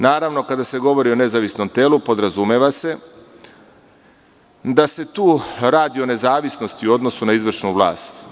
Naravno, kada se govori o nezavisnom telu podrazumeva se da se tu radi o nezavisnosti u odnosu na izvršnu vlast.